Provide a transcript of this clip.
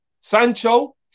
Sancho